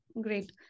Great